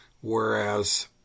Whereas